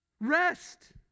rest